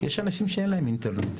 יש אנשים שאין להם אינטרנט.